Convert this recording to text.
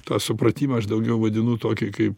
tą supratimą aš daugiau vadinu tokį kaip